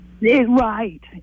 Right